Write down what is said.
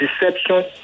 deception